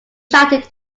shouted